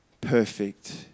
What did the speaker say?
perfect